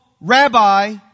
rabbi